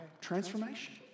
transformation